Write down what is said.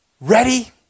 ready